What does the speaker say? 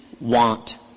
want